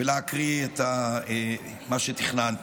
ולהקריא את מה שתכננתי.